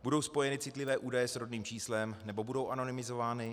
Budou spojeny citlivé údaje s rodným číslem, nebo budou anonymizovány?